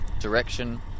direction